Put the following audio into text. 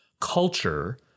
Culture